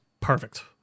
perfect